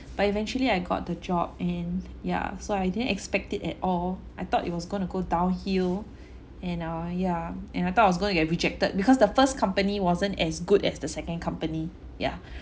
but eventually I got the job in ya so I didn't expect it at all I thought it was gonna go downhill and uh yeah and I thought I was gonna get rejected because the first company wasn't as good as the second company yeah